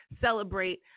celebrate